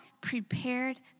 prepared